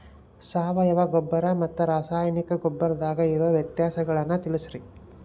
ಸಾವಯವ ಗೊಬ್ಬರ ಮತ್ತ ರಾಸಾಯನಿಕ ಗೊಬ್ಬರದಾಗ ಇರೋ ವ್ಯತ್ಯಾಸಗಳನ್ನ ತಿಳಸ್ರಿ